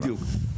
בדיוק,